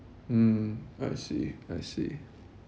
mm I see I see